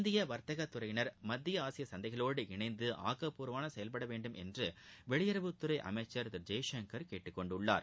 இந்திய வர்த்தக துறையினர் மத்திய ஆசிய சந்தைகளோடு இணைந்து ஆக்கப்பூர்வமாக செயல்பட வேண்டும் என்று வெளியுறவுத்துறை அமைச்சர் திரு ஜெய்சங்கர் கேட்டுக்கொண்டுள்ளார்